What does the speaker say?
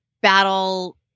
battle